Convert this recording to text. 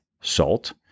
salt